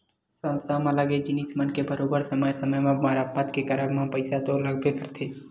संस्था म लगे जिनिस मन के बरोबर समे समे म मरम्मत के करब म पइसा तो लगबे करथे